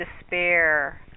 despair